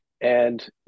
And-